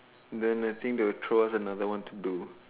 then the thing is choose another one to do